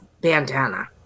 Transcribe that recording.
bandana